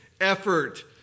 effort